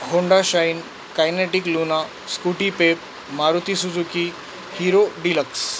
Honda Shine Kinetic Luna Scooty Pep Maruti Suzuki Hero deluxe